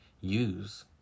use